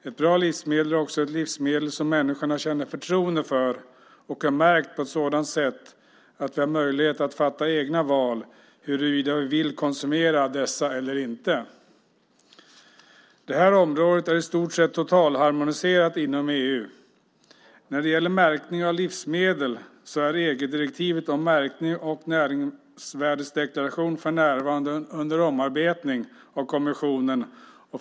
Ett bra livsmedel är också ett livsmedel som människorna känner förtroende för, och det är märkt på ett sådant sätt att vi har möjlighet att göra egna val huruvida vi vill konsumera det eller inte. Det här området är i stort sett totalharmoniserat inom EU. När det gäller märkning av livsmedel är EG-direktivet om märkning och näringsvärdesdeklaration för närvarande under omarbetning av kommissionen.